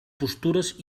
postures